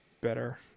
better